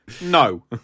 No